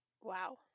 Wow